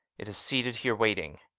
it is seated here waiting.